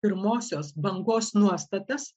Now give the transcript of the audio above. pirmosios bangos nuostatas